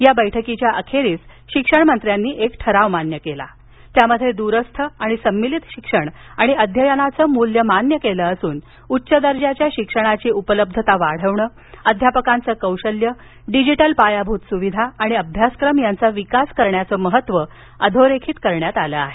या बैठकीच्या अखेरीस शिक्षण मंत्र्यांनी एक ठराव मान्य केला त्यामध्ये दूरस्थ आणि संमिलीत शिक्षण आणि अध्ययनाचं मूल्य मान्य केलं असून उच्च दर्जाच्या शिक्षणाची उपलब्धता वाढवणं अध्यापकांचं कौशल्य डिजिटल पायाभूत सुविधा आणि अभ्यासक्रम यांचा विकास करण्याचं महत्व अधोरेखित केलं आहे